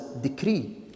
decree